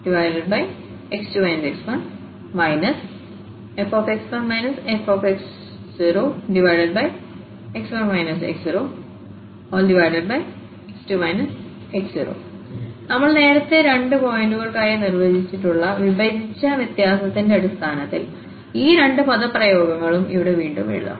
b2fx2 fx2 x1 fx1 fx1 x0x2 x0 നമ്മൾ നേരത്തെ രണ്ട് പോയിന്റുകൾക്കായി നിർവചിച്ചിട്ടുള്ള വിഭജിച്ച വ്യത്യാസത്തിന്റെ അടിസ്ഥാനത്തിൽ ഈ രണ്ട് പദപ്രയോഗങ്ങളും ഇവിടെ വീണ്ടും എഴുതാം